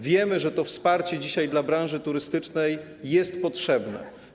Wiemy, że to wsparcie dzisiaj dla branży turystycznej jest potrzebne.